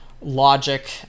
logic